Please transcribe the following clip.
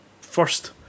first